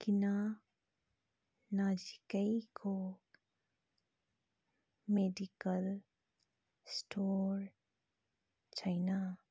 किन नजिकैको medical store छैन